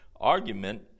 argument